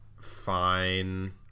fine